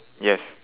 yes